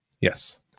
Yes